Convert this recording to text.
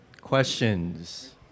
Questions